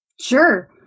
Sure